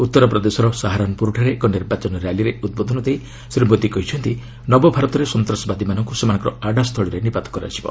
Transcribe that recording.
ଉତ୍ତରପ୍ରଦେଶର ସାହାରନ୍ପ୍ରରଠାରେ ଏକ ନିର୍ବାଚନ ର୍ୟାଲିରେ ଉଦ୍ବୋଧ ଦେଇ ଶ୍ରୀ ମୋଦି କହିଛନ୍ତି ନବଭାରତରେ ସନ୍ତାସବାଦୀମାନଙ୍କୁ ସେମାନଙ୍କର ଆଡ୍ରା ସ୍ଥଳୀରେ ନିପାତ କରାଯିବ